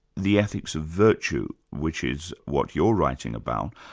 the ethics of virtue, which is what you're writing about,